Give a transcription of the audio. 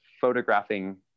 photographing